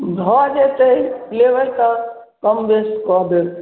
भऽ जेतै लेबै तऽ कम बेस कऽ देब